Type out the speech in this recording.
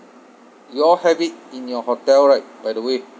you all have it in your hotel right by the way